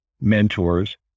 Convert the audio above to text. mentors